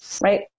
right